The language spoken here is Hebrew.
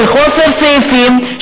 של חוסר סעיפים,